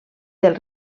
del